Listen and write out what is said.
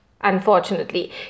unfortunately